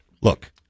Look